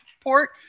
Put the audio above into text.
report